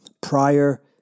prior